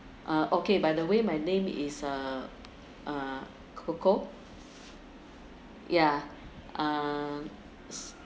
ah okay by the way my name is uh uh coco yeah uh